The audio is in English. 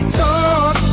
talk